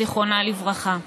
זיכרונה לברכה.